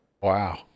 Wow